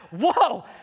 whoa